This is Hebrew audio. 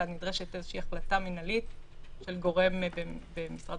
אלא נדרשת החלטה מינהלית של גורם במשרד